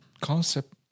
concept